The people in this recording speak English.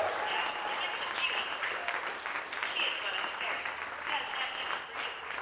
now, the gift of beauty, for instance she is one of the fairies who has that gift for you.